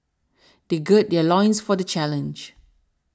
they gird their loins for the challenge